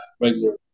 regular